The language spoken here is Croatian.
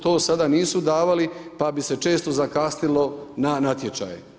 To sada nisu davali pa bi se često zakasnilo na natječaje.